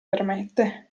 permette